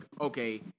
okay